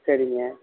சரிங்க